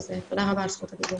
אז תודה רבה על זכות הדיבור.